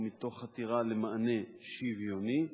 ומתוך חתירה למענה שוויוני,